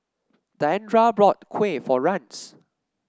Diandra bought Kuih for Rance